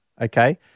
Okay